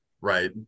right